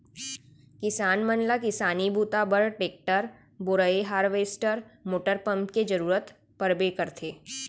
किसान मन ल किसानी बूता बर टेक्टर, बोरए हारवेस्टर मोटर पंप के जरूरत परबे करथे